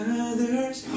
other's